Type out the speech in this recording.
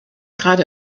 gerade